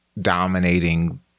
dominating